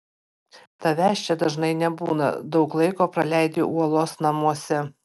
tavęs čia dažnai nebūna daug laiko praleidi uolos namuose